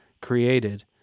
created